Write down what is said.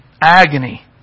agony